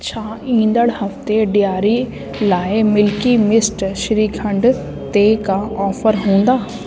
छा ईंदड़ हफ़्ते ॾियारी लाइ मिल्की मिस्ट श्रीखंड ते का ऑफर हूंदा